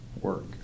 Work